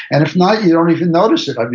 and if not, you don't even notice it. um